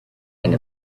and